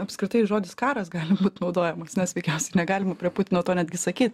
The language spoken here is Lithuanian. apskritai žodis karas gali būti naudojamas nes veikiausiai negalima prie putino to netgi sakyt